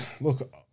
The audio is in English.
look